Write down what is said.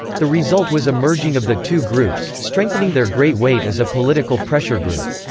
the result was a merging of the two groups, strengthening their great weight as a political pressure group.